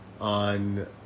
on